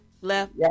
left